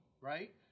right